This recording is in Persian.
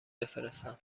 بفرستم